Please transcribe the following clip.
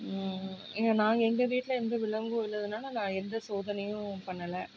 ஏ நாங்கள் எங்கள் வீட்டில் இருந்து விலங்கு உள்ளதுனால் நான் எந்த சோதனையும் பண்ணலை